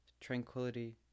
tranquility